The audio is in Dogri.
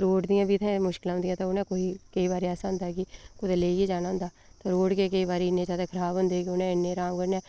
रोड़ दियां बी इत्थै मुश्कलां ऐ औदियां उ'नें कोई केईं बारी ऐसा होंदा कि कुतै लेइयै जाना होंदा ते रोड़ गै केईं बारी इन्ने खराब होंदे कि उ'नें राम कन्नै